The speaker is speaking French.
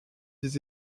des